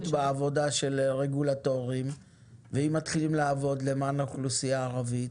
בעבודה של רגולטורים ואם מתחילים לעבוד למען אוכלוסיה ערבית